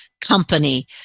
company